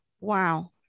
Wow